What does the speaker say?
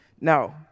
No